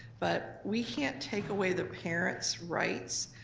but we can't take away the parents' rights